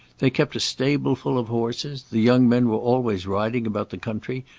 they kept a stable-full of horses. the young men were always riding about the country,